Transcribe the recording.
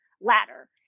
ladder